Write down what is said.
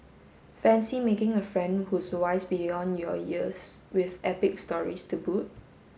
fancy making a friend who's wise beyond your years with epic stories to boot